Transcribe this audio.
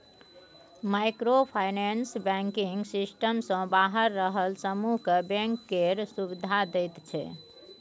micro finance banking system सँ बाहर रहल समुह केँ बैंक केर सुविधा दैत छै